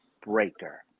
Breaker